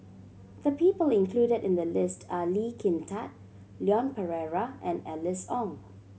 the people included in the list are Lee Kin Tat Leon Perera and Alice Ong